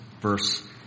verse